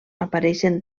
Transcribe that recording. apareixen